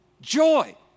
Joy